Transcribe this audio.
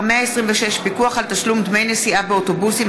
126) (פיקוח על תשלום דמי נסיעה באוטובוסים),